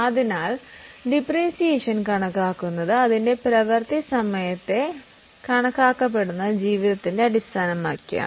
അതിനാൽ ഡിപ്രീസിയേഷൻ കണക്കാക്കുന്നത് അതിന്റെ പ്രവൃത്തി സമയത്തെ അടിസ്ഥാനമാക്കിയാണ്